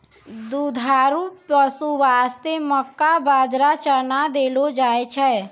दुधारू पशु वास्तॅ मक्का, बाजरा, चना देलो जाय छै